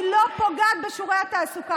היא לא פוגעת בשיעורי התעסוקה.